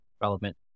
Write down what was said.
relevant